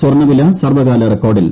സ്വർണ്ണവില സർവ്വകാല റെക്കോർഡിൽ